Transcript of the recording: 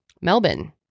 melbourne